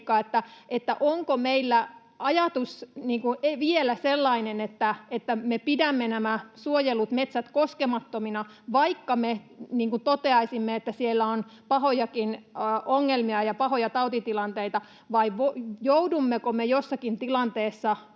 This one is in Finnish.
onko meillä ajatus vielä sellainen, että me pidämme nämä suojellut metsät koskemattomina, vaikka me toteaisimme, että siellä on pahojakin ongelmia ja pahoja tautitilanteita, vai joudummeko me jossakin tilanteessa